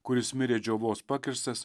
kuris mirė džiovos pakirstas